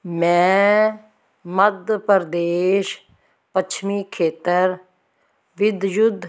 ਮੈਂ ਮੱਧ ਪ੍ਰਦੇਸ਼ ਪੱਛਮੀ ਖੇਤਰ ਵਿਦਯੁਤ